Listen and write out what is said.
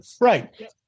Right